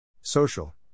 Social